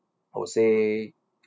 I would say